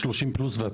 מכינות גם 30 פלוס?